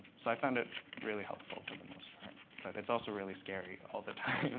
so i found it really helpful for the most part, but it's also really scary all the time.